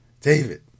David